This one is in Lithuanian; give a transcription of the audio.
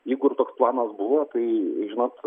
jeigu ir toks planas buvo tai žinot